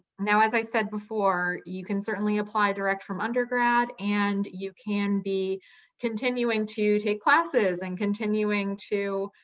now, as i said before, you can certainly apply direct from undergrad and you can be continuing to take classes and continuing to